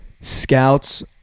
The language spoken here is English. scouts